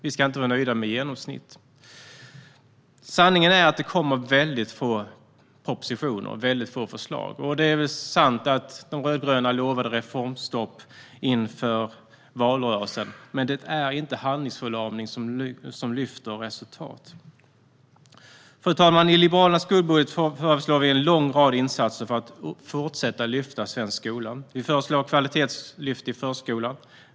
Vi ska inte nöja oss med ett genomsnitt. Sanningen är att det kommer väldigt få propositioner och förslag. Det är väl sant att de rödgröna lovade reformstopp inför valrörelsen, men det är inte handlingsförlamning som lyfter resultat. Fru talman! I Liberalernas skuggbudget föreslår vi en lång rad insatser för att fortsätta att lyfta svensk skola. Vi föreslår ett kvalitetslyft i förskolan.